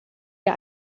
der